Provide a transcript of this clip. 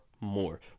more